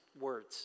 words